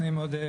נעים מאוד,